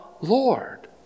Lord